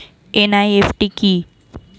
NEFT কি?